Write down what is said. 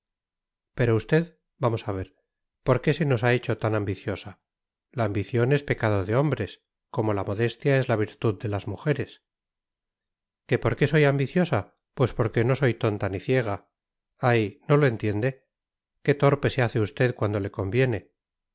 pero usted vamos a ver por qué se nos ha hecho tan ambiciosa la ambición es pecado de hombres como la modestia es la virtud de las mujeres que por qué soy ambiciosa pues porque no soy tonta ni ciega ay no lo entiende qué torpe se hace usted cuando le conviene